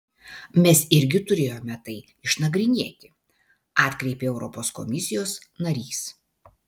mes irgi turėjome tai išnagrinėti atkreipė europos komisijos narys